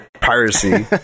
piracy